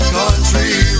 country